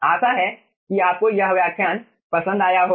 आशा है कि आपको यह व्याख्यान पसंद आया होगा